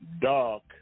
dark